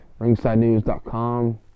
ringsidenews.com